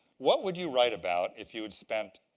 what would you write about if you had spent